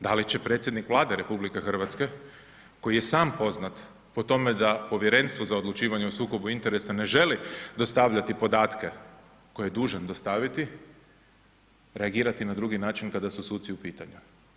Da li će predsjednik Vlade RH koji je sam poznat po tome da Povjerenstvo za odlučivanje o sukobu interesa ne želi dostavljati podatke koje je dužan dostaviti reagirati na drugi način kada su suci u pitanju?